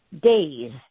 Days